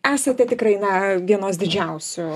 esate tikrai na vienos didžiausių